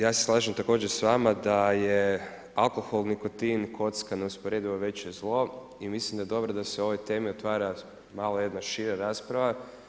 Ja se slažem također s vama da je alkohol, nikotin i kocka neusporedivo veće zlo i mislim da je dobro da se o ovoj temi otvara malo jedna šira rasprava.